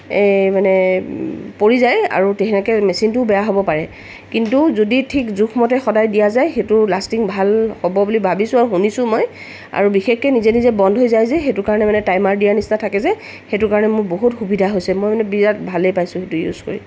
এই মানে পৰি যায় আৰু তে তেনেকৈ মেচিনটোও বেয়া হ'ব পাৰে কিন্তু যদি ঠিক জোখমতে সদায় দিয়া যায় সেইটো লাষ্টিং ভাল হ'ব বুলি ভাবিছোঁ আৰু শুনিছোঁও মই আৰু বিশেষকৈ নিজে নিজে বন্ধ হৈ যায় যে সেইটো কাৰণে মানে টাইমাৰ দিয়া নিচিনা থাকে যে সেইটো কাৰণে মোৰ বহুত সুবিধা হৈছে মই মানে বিৰাট ভালেই পাইছোঁ সেইটো ইউজ কৰি